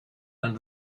and